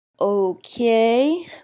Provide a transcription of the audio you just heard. Okay